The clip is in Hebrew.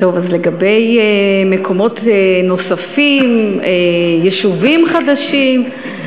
לגבי מקומות נוספים, יישובים חדשים,